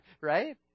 right